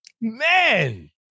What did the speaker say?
man